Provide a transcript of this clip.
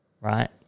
right